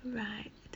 right